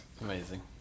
Amazing